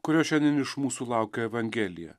kurio šiandien iš mūsų laukia evangelija